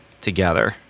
together